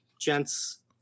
gents